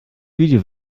video